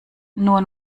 nur